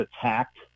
attacked